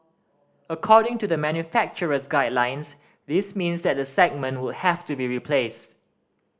according to the manufacturer's guidelines this means that the segment would have to be replaced